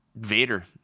Vader